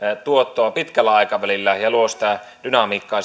tuottoa pitkällä aikavälillä ja luo metsätalouteen sitä dynamiikkaa